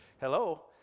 Hello